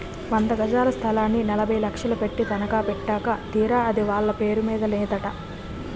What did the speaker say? వంద గజాల స్థలాన్ని నలభై లక్షలు పెట్టి తనఖా పెట్టాక తీరా అది వాళ్ళ పేరు మీద నేదట